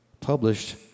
published